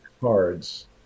cards